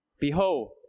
Behold